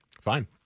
fine